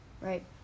Right